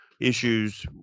issues